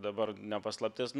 dabar ne paslaptis nu